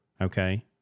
Okay